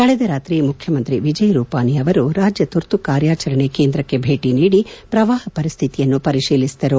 ಕಳೆದ ರಾತ್ರಿ ಮುಖ್ಯಮಂತ್ರಿ ವಿಜಯ್ ರೂಪಾನಿ ಅವರು ರಾಜ್ಯ ತುರ್ತು ಕಾರ್ಯಾಚಾರಣೆ ಕೇಂದ್ರಕ್ಕೆ ಭೇಟಿ ನೀಡಿ ಪ್ರವಾಪ ಪರಿಶ್ಠಿತಿಯನ್ನು ಪರಿಶೀಲಿಸಿದರು